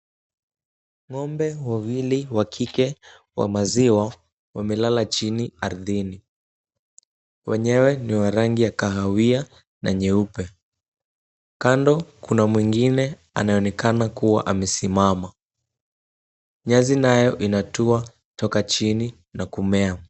Ng'ombe wawili wa kike wa maziwa wamelala chini ardhini. Wenyewe ni rangi ya kahawia na nyeupe. Kando kuna mwingine anayeonekana kuwa amesimama. Nyasi nayo inatua kutoka chini na kumea.